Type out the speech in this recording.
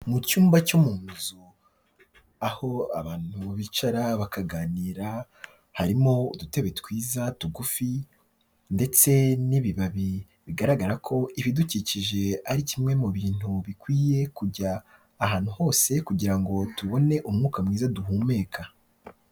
Mu cyumba cyo mu nzu, aho abantu bicara bakaganira harimo udutebe twiza tugufi, ndetse n'ibibabi bigaragara ko ibidukikije ari kimwe mu bintu bikwiye kujya ahantu hose, kugira ngo tubone umwuka mwiza duhumeka.